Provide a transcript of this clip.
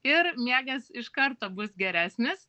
ir miegas iš karto bus geresnis